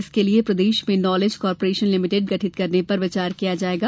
इसके लिये प्रदेश में नॉलेज कार्पोरेशन लिमिटेड गठित करने पर विचार किया जायेगा